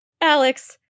Alex